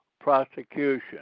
prosecution